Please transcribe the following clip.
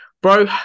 bro